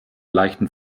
leichten